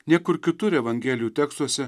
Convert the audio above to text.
niekur kitur evangelijų tekstuose